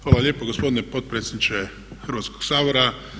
Hvala lijepo gospodine potpredsjedniče Hrvatskog sabora.